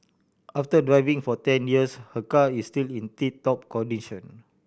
after driving for ten years her car is still in tip top condition